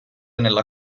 nella